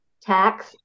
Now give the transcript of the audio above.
tax